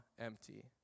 empty